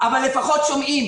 אבל לפחות שומעים